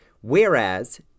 Whereas